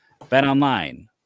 BetOnline